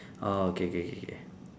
orh K K K K